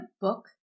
book